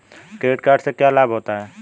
Credit card से क्या क्या लाभ होता है?